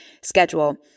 schedule